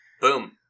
boom